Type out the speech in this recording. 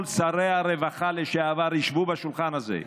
כל שרי הרווחה לשעבר ישבו בשולחן הזה,